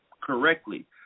correctly